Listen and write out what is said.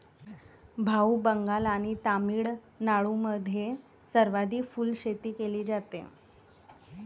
भाऊ, बंगाल आणि तामिळनाडूमध्ये सर्वाधिक फुलशेती केली जाते